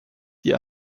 die